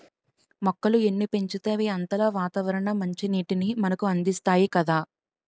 మొక్కలు ఎన్ని పెంచితే అవి అంతలా వాతావరణ మంచినీటిని మనకు అందిస్తాయి కదా